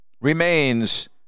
remains